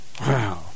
Wow